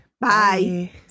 Bye